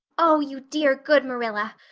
oh, you dear good marilla.